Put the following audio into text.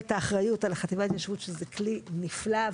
את האחריות על החטיבה להתיישבות שזה כלי נפלא.